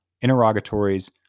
interrogatories